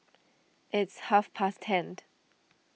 it's half past ten